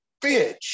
bitch